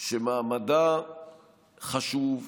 שמעמדה חשוב,